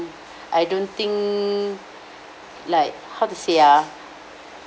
I don't think like how to say ah